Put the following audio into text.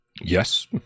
Yes